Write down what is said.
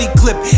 clip